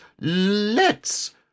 let's